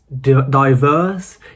diverse